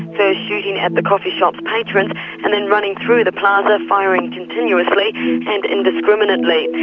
first shooting at the coffee shop's patrons and then running through the plaza firing continuously and indiscriminately.